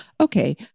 okay